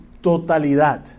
totalidad